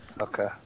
Okay